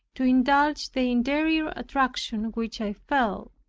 to indulge the interior attraction which i felt.